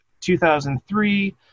2003